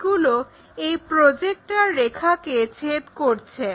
যেগুলো এই প্রজেক্টর রেখাকে ছেদ করছে